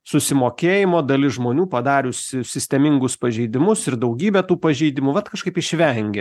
susimokėjimo dalis žmonių padariusi sistemingus pažeidimus ir daugybę tų pažeidimų vat kažkaip išvengė